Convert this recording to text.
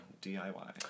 D-I-Y